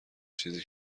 چیزی